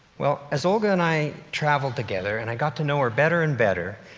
well, as olga and i traveled together and i got to know her better and better,